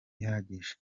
ihagije